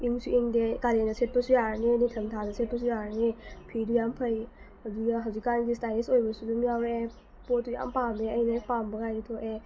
ꯏꯪꯁꯨ ꯏꯪꯗꯦ ꯀꯥꯂꯦꯟꯗ ꯁꯦꯠꯄꯁꯨ ꯌꯥꯔꯅꯤ ꯅꯤꯡꯊꯝ ꯊꯥꯗ ꯁꯦꯠꯄꯁꯨ ꯌꯥꯔꯅꯤ ꯐꯤꯗꯨ ꯌꯥꯝ ꯐꯩ ꯑꯗꯨꯗ ꯍꯧꯖꯤꯛꯀꯥꯟꯒꯤ ꯏꯁꯇꯥꯏꯂꯤꯁ ꯑꯣꯏꯕꯁꯨ ꯑꯗꯨꯝ ꯌꯥꯎꯔꯛꯑꯦ ꯄꯣꯠꯇꯨ ꯌꯥꯝ ꯄꯥꯝꯃꯦ ꯑꯩꯅ ꯍꯦꯛ ꯄꯥꯝꯕ ꯒꯥꯏꯗꯨ ꯊꯣꯛꯑꯦ